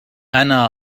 أنا